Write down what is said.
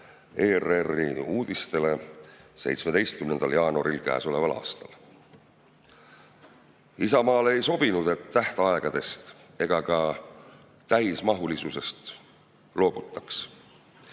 ERR uudistele 17. jaanuaril käesoleval aastal. Isamaale ei sobinud, et tähtaegadest või täismahulisusest loobutaks.